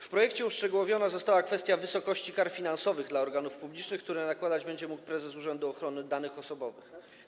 W projekcie uszczegółowiona została kwestia wysokości kar finansowych dla organów publicznych, które będzie mógł nakładać prezes Urzędu Ochrony Danych Osobowych.